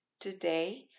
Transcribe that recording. Today